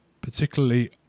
Particularly